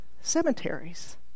cemeteries